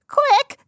quick